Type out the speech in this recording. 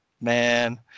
man